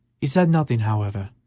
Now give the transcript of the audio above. he said nothing, however,